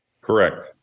Correct